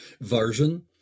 version